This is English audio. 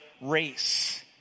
race